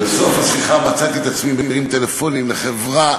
"בסוף השיחה מצאתי את עצמי מרים טלפונים לחברה